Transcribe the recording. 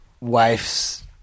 wife's